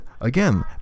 Again